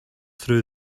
through